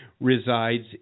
resides